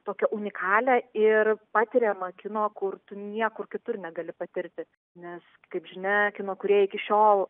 tokią unikalią ir patiriamą kino kur tu niekur kitur negali patirti nes kaip žinia kino kūrėjai iki šiol